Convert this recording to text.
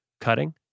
cutting